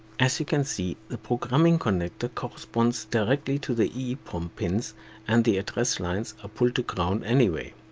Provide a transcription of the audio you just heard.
as you can see, the programming connector corresponds directly to the eeprom pins and the address lines are pulled to ground anyway.